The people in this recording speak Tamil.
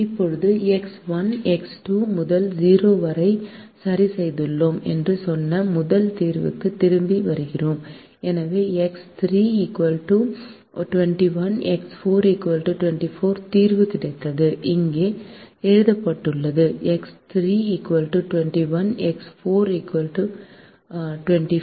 இப்போது எக்ஸ் 1 எக்ஸ் 2 முதல் 0 வரை சரி செய்துள்ளோம் என்று சொன்ன முதல் தீர்வுக்கு திரும்பி வருகிறோம் எனவே எக்ஸ் 3 21 எக்ஸ் 4 24 தீர்வு கிடைத்தது இது இங்கே எழுதப்பட்டுள்ளது எக்ஸ் 3 21 எக்ஸ் 4 24